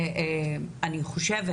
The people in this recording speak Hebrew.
אני חושבת